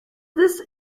this